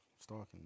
stalking